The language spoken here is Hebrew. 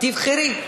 שעת השקר נגמרה.